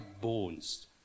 bones